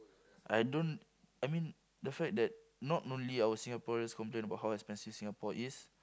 I don't I mean the fact that not only our Singaporeans complain bout how expensive Singapore is